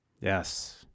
Yes